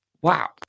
wow